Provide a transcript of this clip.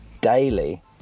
daily